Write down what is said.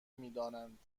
میدانند